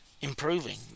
improving